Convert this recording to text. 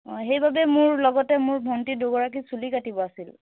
অ' সেইবাবে মোৰ লগতে মোৰ ভণ্টি দুগৰাকী চুলি কাটিব আছিল